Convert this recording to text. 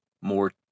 more